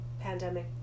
pandemic